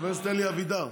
חבר הכנסת אלי אבידר,